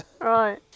right